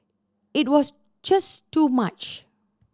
it was just too much